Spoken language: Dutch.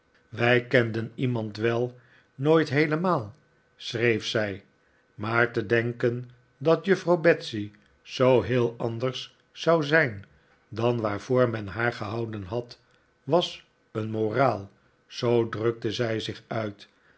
wij kenden iemand wel nooit heelemaal schreef zij maar te denken dat juffrouw betsey zoo heel anders zou zijn dan waarvoor men haar gehouden had was een moraal zoo drukte zij zich uit